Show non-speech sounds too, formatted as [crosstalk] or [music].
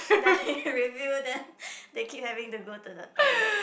ya [laughs] refill then they keep having to go to the toilet